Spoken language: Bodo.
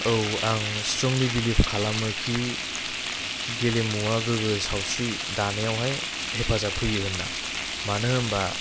औ आं स्त्रंलि बिलिफ खालामो कि गेलेमुआ गोग्गो सावस्रि दानायावहाय हेफाजाब होयो होन्ना मानो होनबा